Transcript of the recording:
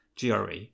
GRE